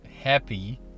happy